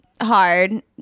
hard